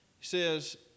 says